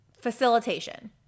facilitation